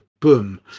Boom